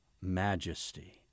majesty